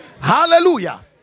Hallelujah